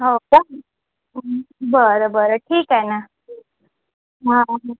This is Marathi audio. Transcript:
हो का बरं बरं ठीक आहे ना हां